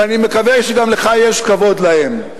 ואני מקווה שגם לך יש כבוד אליהם,